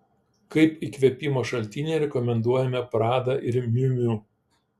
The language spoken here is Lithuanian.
kaip įkvėpimo šaltinį rekomenduojame prada ir miu miu